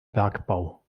bergbau